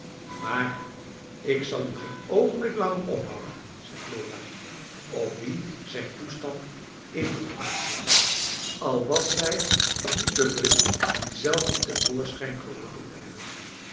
maar ik zal u geen oogenblik langer ophouden zei flora op wie zijn toestand indruk maakte al was zij zich niet bewust dien zelve te voorschijn geroepen te hebben